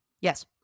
Yes